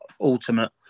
Ultimate